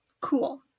cool